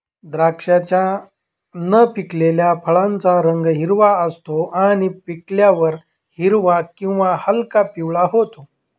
द्राक्षाच्या न पिकलेल्या फळाचा रंग हिरवा असतो आणि पिकल्यावर हिरवा किंवा हलका पिवळा होतो